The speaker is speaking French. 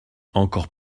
encore